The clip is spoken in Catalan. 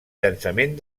llançament